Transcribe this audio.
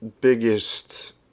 biggest